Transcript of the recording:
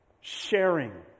sharing